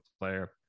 player